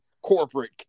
Corporate